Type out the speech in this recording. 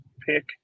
pick